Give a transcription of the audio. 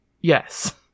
Yes